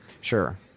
Sure